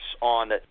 on